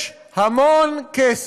יש המון כסף.